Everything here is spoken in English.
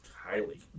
Highly